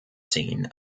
scene